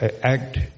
act